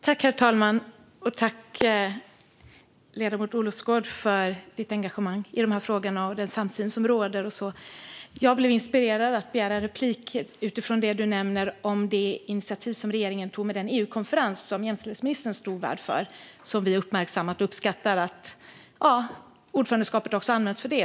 Herr talman! Tack, ledamoten Olofsgård, för ditt engagemang i de här frågorna och den samsyn som råder! Jag blev inspirerad att begära en replik då du nämnde det initiativ som regeringen tog till den EU-konferens som jämställdhetsministern stod värd för. Vi har uppmärksammat det, och vi uppskattar att ordförandeskapet också används för detta.